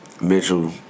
Mitchell